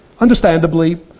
Understandably